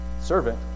servant